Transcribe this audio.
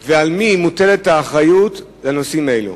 4. על מי מוטלת האחריות לנושאים אלו?